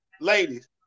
ladies